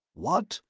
what?